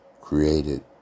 created